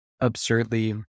absurdly